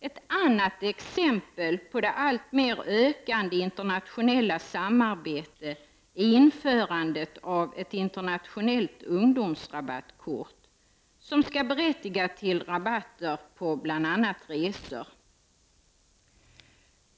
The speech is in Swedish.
Ett annat exempel på det alltmer ökande internationella samarbetet är införandet av ett internationellt ungdomsrabattkort som skall berättiga till rabatter på bl.a. resor.